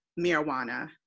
marijuana